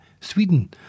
Sweden